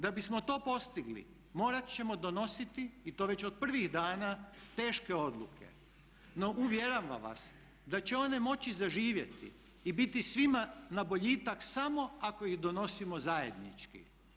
Da bismo to postigli morat ćemo donositi i to već od prvih dana teške odluke, no uvjeravam vas da će one moći zaživjeti i biti svima na boljitak samo ako ih donosimo zajednički.